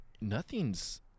nothing's